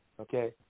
okay